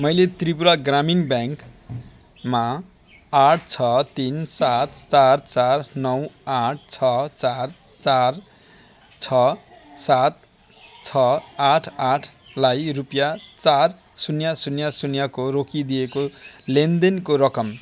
मैले त्रिपुरा ग्रामीण ब्याङ्कमा आठ छ तिन सात चार चार नौ आठ छ चार चार छ सात छ आठ आठलाई रुपियाँ चार शून्य शून्य शून्यको रोकिएको लेनदेनको रकम